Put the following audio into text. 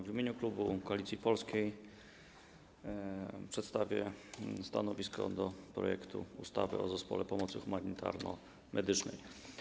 W imieniu klubu Koalicja Polska przedstawię stanowisko wobec projektu ustawy o Zespole Pomocy Humanitarno-Medycznej.